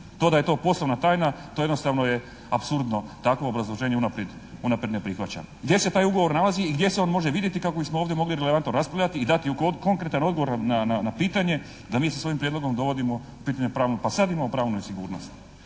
To da je to poslovna tajna, to jednostavno je apsurdno, takvo obrazloženje unaprijed ne prihvaćam. Gdje se taj ugovor nalazi i gdje se on može vidjeti kako bismo ovdje mogli relevantno raspravljati i dati konkretan odgovor na pitanje da mi sa svojim prijedlogom dovodimo u pitanje pravnu, pa sad imamo pravnu nesigurnost.